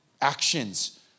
actions